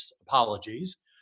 apologies